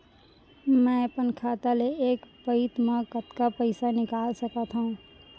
मैं अपन खाता ले एक पइत मा कतका पइसा निकाल सकत हव?